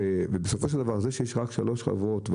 ובסופו של דבר זה שיש רק שלוש חברות,